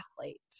athlete